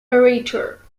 orator